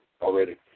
already